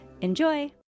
Enjoy